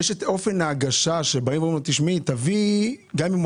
יש את אופן ההגשה כשבאים ואומרים לה שתביא מגן,